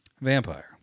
Vampire